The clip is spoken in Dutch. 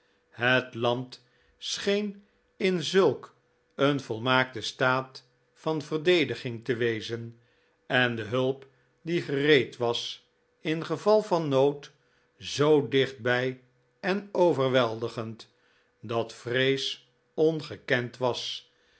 het land scheen in zulk een volmaakten staat van verdediging te wezen en de hulp die gereed was in geval van nood zoo dichtbij en overweldigend dat vrees ongekend was